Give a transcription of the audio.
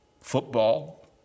football